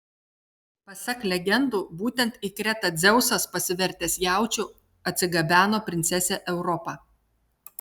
pasak legendų būtent į kretą dzeusas pasivertęs jaučiu atsigabeno princesę europą